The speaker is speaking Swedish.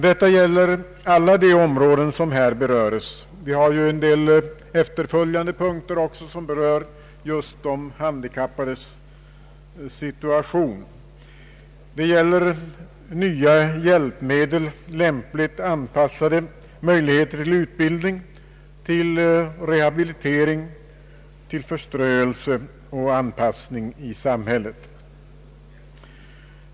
Detta gäller alla de områden som berörs i denna och efterföljande punkter vilka behandlar de handikappades situation: nya hjälpmedel, lämpligt avpassade möjligheter till utbildning, till rehabilitering, till förströelse och anpassning i samhället.